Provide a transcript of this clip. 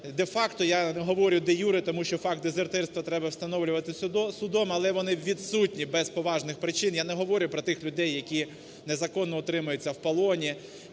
Де-факто, я не говорю де-юре, тому що факт дезертирства треба встановлювати судом, але вони відсутні без поважних причин. Я не говорю про тих людей, які незаконно утримуються в полоні